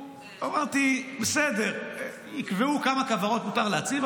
אמרתי: בסדר, יקבעו כמה כוורות מותר להציב.